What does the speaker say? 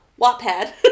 Wattpad